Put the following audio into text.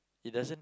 it doesn't